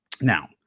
Now